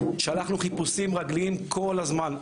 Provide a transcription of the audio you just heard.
שלחנו חיפושים רגליים כל הזמן,